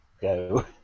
go